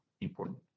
important